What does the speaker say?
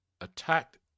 attacked